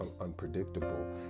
unpredictable